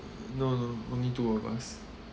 no no only two of us